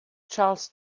charles